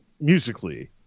musically